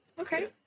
Okay